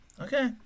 Okay